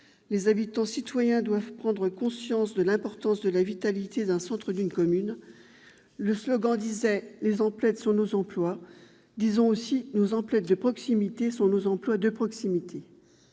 Les habitants-citoyens doivent prendre conscience de l'importance de la vitalité d'un centre d'une commune. Le slogan disait :« Nos emplettes sont nos emplois ». Disons aussi que « nos emplettes de proximité sont nos emplois de proximité »